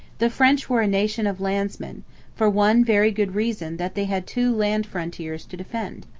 the french were a nation of landsmen for one very good reason that they had two land frontiers to defend.